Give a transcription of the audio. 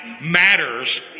matters